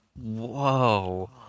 Whoa